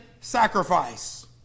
sacrifice